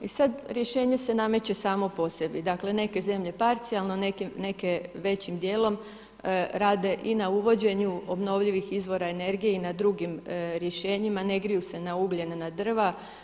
I sad rješenje se nameće samo po sebi, dakle neke zemlje parcijalno, neke većim dijelom rade i na uvođenju obnovljivih izvora energije i na drugim rješenjima, ne griju se na ugljen, na drva.